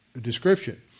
description